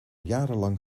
jarenlang